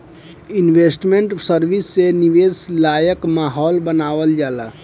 investment service से निवेश लायक माहौल बानावल जाला